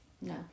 No